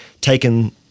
taken